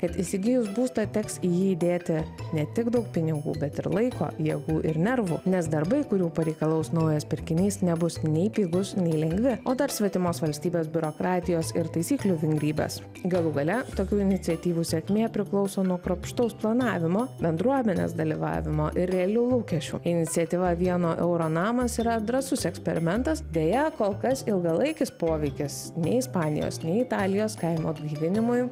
kad įsigijus būstą teks į jį įdėti ne tik daug pinigų bet ir laiko jėgų ir nervų nes darbai kurių pareikalaus naujas pirkinys nebus nei pigūs nei lengvi o dar svetimos valstybės biurokratijos ir taisyklių vingrybės galų gale tokių iniciatyvų sėkmė priklauso nuo kruopštaus planavimo bendruomenės dalyvavimo ir realių lūkesčių iniciatyva vieno euro namas yra drąsus eksperimentas deja kol kas ilgalaikis poveikis nei ispanijos nei italijos kaimo atgaivinimui